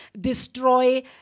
destroy